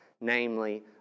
namely